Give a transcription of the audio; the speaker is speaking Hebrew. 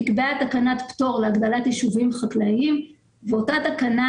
נקבעה תקנת פטור להגדלת יישובים חקלאיים ואותה תקנה